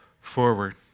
forward